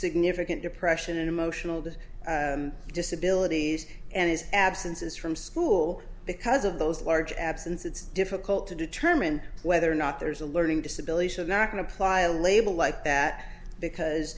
significant depression and emotional the disability and his absences from school because of those large absence it's difficult to determine whether or not there's a learning disability should not apply a label like that because